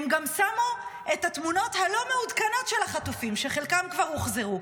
הם גם שמו את התמונות הלא-מעודכנות של החטופים כשחלקם כבר הוחזרו.